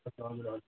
हजुर हजुर